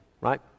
right